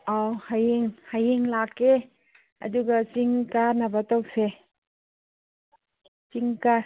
ꯑꯧ ꯍꯌꯦꯡ ꯍꯌꯦꯡ ꯂꯥꯛꯀꯦ ꯑꯗꯨꯒ ꯆꯤꯡ ꯀꯥꯅꯕ ꯇꯧꯁꯦ ꯆꯤꯡ